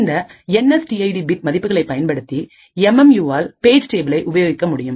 இந்த N S T ID bit மதிப்புகளை பயன்படுத்தி எம் எம் யுவால் பேஜ் டேபிளை உபயோகிக்கமுடியும்